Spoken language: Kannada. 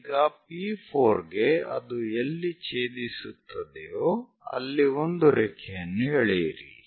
ಈಗ P4 ಗೆ ಅದು ಎಲ್ಲಿ ಛೇದಿಸುತ್ತದೆಯೋ ಅಲ್ಲಿ ಒಂದು ರೇಖೆಯನ್ನು ಎಳೆಯಿರಿ